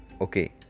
Okay